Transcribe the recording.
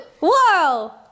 Whoa